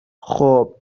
خوب